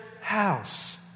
house